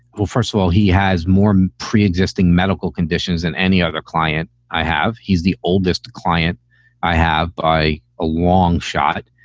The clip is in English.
first of all, he has more preexisting medical conditions than any other client i have. he's the oldest client i have by a long shot.